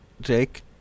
Jake